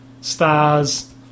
Stars